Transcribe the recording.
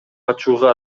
качууга